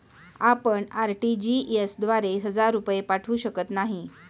आपण आर.टी.जी.एस द्वारे हजार रुपये पाठवू शकत नाही